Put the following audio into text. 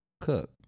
cook